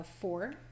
four